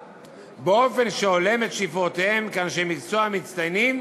באופן שהולם את שאיפותיהם כאנשי מקצוע מצטיינים